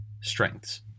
Strengths